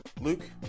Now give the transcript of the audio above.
Luke